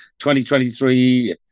2023